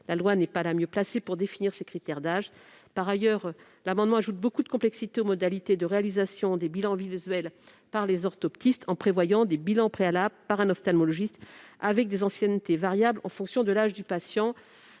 La loi n'est pas la mieux placée pour définir ces critères d'âge. Par ailleurs, l'amendement ajoute beaucoup de complexité aux modalités de réalisation des bilans visuels par les orthoptistes en prévoyant des bilans préalables par un ophtalmologiste, avec des anciennetés variables en fonction de l'âge du patient.